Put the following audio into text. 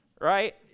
Right